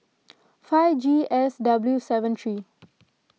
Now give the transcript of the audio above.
five G S W seven three